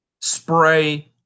spray